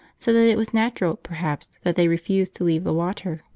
so that it was natural, perhaps, that they refused to leave the water,